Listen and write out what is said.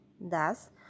Thus